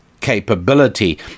capability